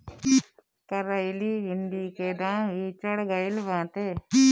करइली भिन्डी के दाम भी चढ़ गईल बाटे